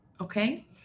okay